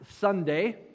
Sunday